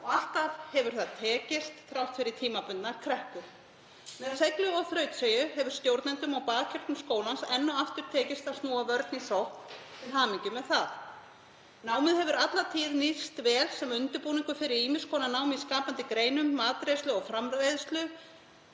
og alltaf hefur það tekist þrátt fyrir tímabundna kreppu. Með seiglu og þrautseigju hefur stjórnendum og bakhjörlum skólans enn og aftur tekist að snúa vörn í sókn. Til hamingju með það. Námið hefur alla tíð nýst vel sem undirbúningur fyrir ýmiss konar nám í skapandi greinum, matreiðslu og framreiðslu